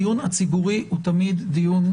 הדיון הציבורי הוא תמיד דיון,